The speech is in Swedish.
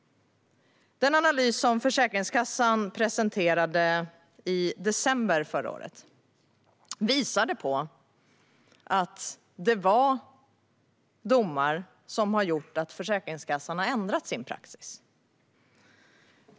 Den analys som Försäkringskassan presenterade i december förra året visade på att det var domar som gjort att Försäkringskassan har ändrat sin praxis.